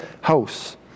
house